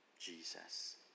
Jesus